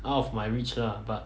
out of my reach lah but